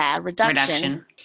reduction